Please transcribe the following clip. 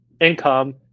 income